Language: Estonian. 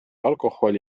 alkoholi